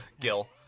Gil